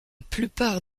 plupart